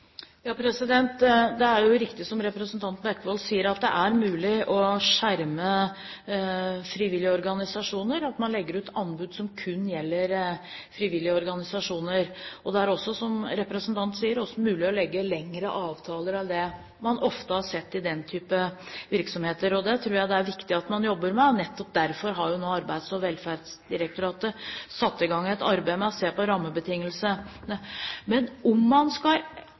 Det er riktig som representanten Bekkevold sier, at det er mulig å skjerme frivillige organisasjoner – at man legger ut anbud som kun gjelder frivillige organisasjoner. Det er også, som representanten sier, mulig å legge lengre avtaler enn det man ofte har sett i den type virksomheter. Det tror jeg det er viktig at man jobber med, og nettopp derfor har jo nå Arbeids- og velferdsdirektoratet satt i gang et arbeid med å se på rammebetingelsene. Men om man skal